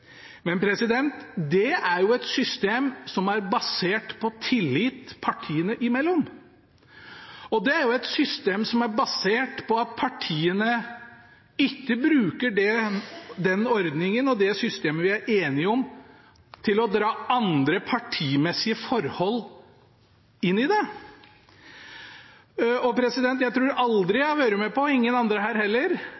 Men det er et system som er basert på tillit partiene imellom, og det er et system som er basert på at partiene ikke bruker den ordningen og det systemet vi er enige om, til å trekke inn andre partimessige forhold. Jeg tror aldri